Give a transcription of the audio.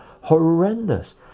horrendous